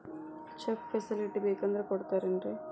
Check facility ಬೇಕಂದ್ರ ಕೊಡ್ತಾರೇನ್ರಿ?